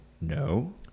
No